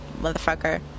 motherfucker